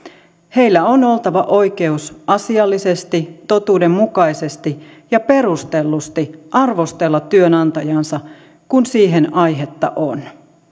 heillä on oltava oikeus asiallisesti totuudenmukaisesti ja perustellusti arvostella työnantajaansa kun siihen aihetta on